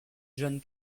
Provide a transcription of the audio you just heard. john